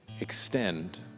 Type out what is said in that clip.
extend